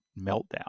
meltdown